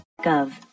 gov